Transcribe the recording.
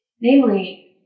namely